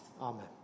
Amen